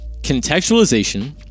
Contextualization